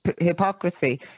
hypocrisy